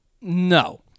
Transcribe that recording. No